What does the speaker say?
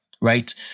right